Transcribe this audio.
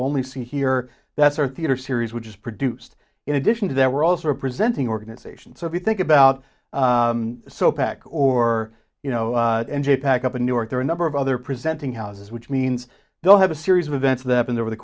only see here that's our theater series which is produced in addition to that we're also presenting organization so if you think about so pack or you know n j pack up in new york there are a number of other presenting houses which means they'll have a series of events that happened over the